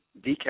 decal